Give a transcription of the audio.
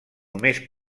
només